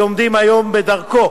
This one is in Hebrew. שעומדים היום בדרכו